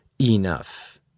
enough